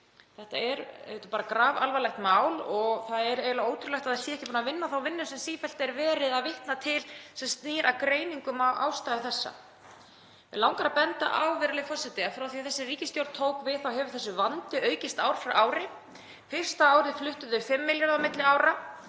Þetta er grafalvarlegt mál og það er eiginlega ótrúlegt að það sé ekki búið að vinna þá vinnu sem sífellt er verið að vitna til sem snýr að greiningum á ástæðu þessa. Mig langar að benda á, virðulegi forseti, að frá því að þessi ríkisstjórn tók við hefur þessi vandi aukist ár frá ári. Fyrsta árið fluttu þau fimm milljarða milli ára,